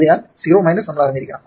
അതിനാൽ 0 നമ്മൾ അറിഞ്ഞിരിക്കണം